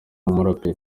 nk’umuraperi